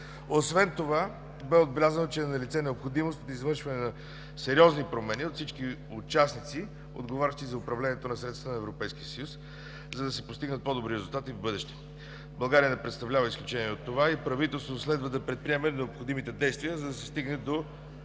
Освен това бе отбелязано, че е налице необходимост от извършване на сериозни промени от всички участници, отговарящи за управлението на средствата на Европейския съюз, за да се постигнат по-добри резултати в бъдеще. България не представлява изключение от това и правителството следва да предприеме необходимите действия, за да не се стигне до